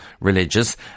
religious